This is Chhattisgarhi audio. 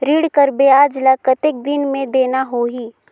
ऋण कर ब्याज ला कतेक दिन मे देना होही?